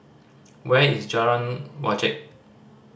where is Jalan Wajek